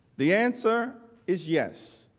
the answer is yes.